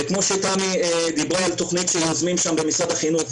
וכמו שתמי דיברה על תוכנית שיוזמים שם במשרד החינוך,